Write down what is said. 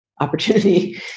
opportunity